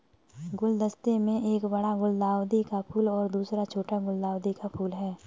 गुलदस्ते में एक बड़ा गुलदाउदी का फूल और दूसरा छोटा गुलदाउदी का फूल है